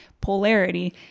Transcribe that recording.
polarity